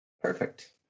Perfect